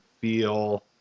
feel